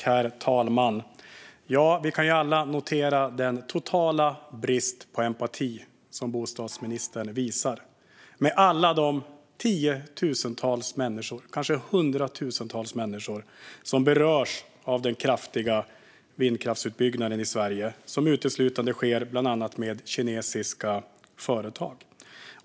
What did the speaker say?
Herr talman! Vi kan alla notera den totala brist på empati som bostadsministern visar med alla de tiotusentals, kanske hundratusentals människor som berörs av den kraftiga vindkraftsutbyggnaden i Sverige och som uteslutande sker bland annat med kinesiska företag.